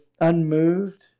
unmoved